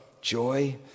joy